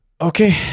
Okay